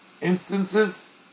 instances